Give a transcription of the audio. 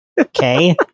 Okay